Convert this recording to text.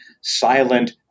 silent